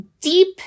deep